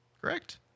correct